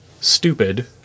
stupid